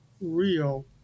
real